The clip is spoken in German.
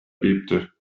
bebte